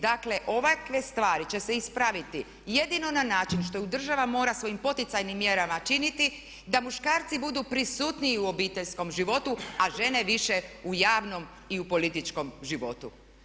Dakle ovakve stvari će se ispraviti jedino na način što država mora svojim poticajnim mjerama činiti da muškarci budu prisutniji u obiteljskom životu a žene više u javnom i u političkom životu.